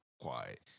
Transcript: quiet